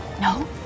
No